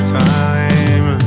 time